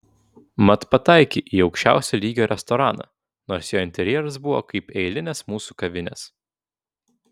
mat pataikei į aukščiausio lygio restoraną nors jo interjeras buvo kaip eilinės mūsų kavinės